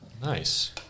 Nice